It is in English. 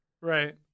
Right